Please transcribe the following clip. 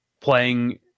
playing